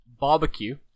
Barbecue